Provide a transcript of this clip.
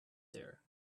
there